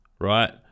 right